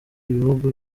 ibihugu